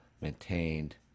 maintained